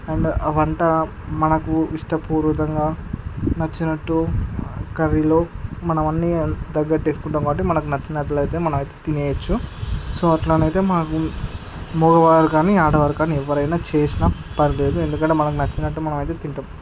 and ఆ వంట మనకు ఇష్టపూర్వకంగా నచ్చినట్టు కర్రీలో మనం అన్నీ తగ్గట్టు వేసుకుంటాము కాబట్టి మనకు నచ్చినట్లయితే మనం అయితే తినేయవచ్చు సో అట్లనే అయితే మాకు మగవాళ్ళు కానీ ఆడవారు కానీ ఎవరైనా చేసినా పర్లేదు ఎందుకంటే మనకు నచ్చినట్టు మనం అయితే తింటాము